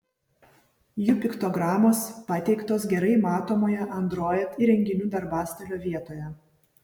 jų piktogramos pateiktos gerai matomoje android įrenginių darbastalio vietoje